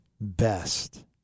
best